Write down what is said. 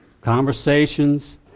conversations